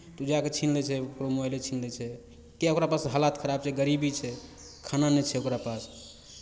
जा कऽ छीन लै छै ककरो मोबाइले छीन लै छै किएक ओकरा पास हालात खराब छै गरीबी छै खाना नहि छै ओकरा पास